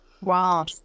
Wow